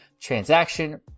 transaction